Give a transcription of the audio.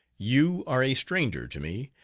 you are a stranger to me,